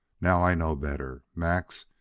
now i know better. max,